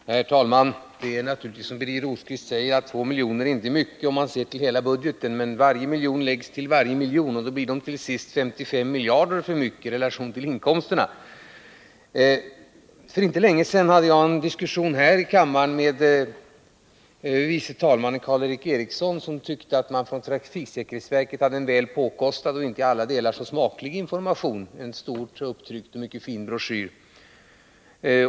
Herr talman! Det är naturligtvis som Birger Rosqvist säger, att 2 miljoner inte är mycket om man ser till hela budgeten. Men varje miljon läggs till en annan, och då blir det till sist 55 miljarder för mycket i relation till inkomsterna. För inte länge sedan hade jag en diskussion här i kammaren med tredje vice talmannen Karl Erik Eriksson, som tyckte att trafiksäkerhetsverket hade en väl påkostad och inte i alla delar så smaklig information — det gällde en stort upplagd och mycket fin broschyr.